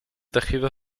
tejido